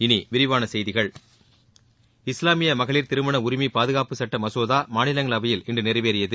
இனி விரிவான செய்திகள் இஸ்லாமிய மகளிர் திருமண உரிமை பாதுகாப்பு சட்ட மசோதா மாநிலங்களவையில் இன்று நிறைவேறியது